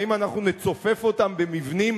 האם אנחנו נצופף אותם במבנים